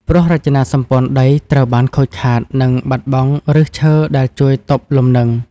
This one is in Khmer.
ព្រោះរចនាសម្ព័ន្ធដីត្រូវបានខូចខាត និងបាត់បង់ឫសឈើដែលជួយទប់លំនឹង។